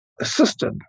assisted